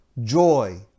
joy